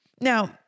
Now